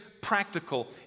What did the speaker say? practical